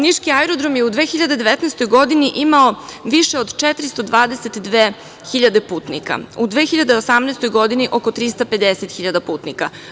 Niški aerodrom je u 2019. godini imao više od 422 hiljade putnika, a u 2018. godini oko 350 hiljada putnika.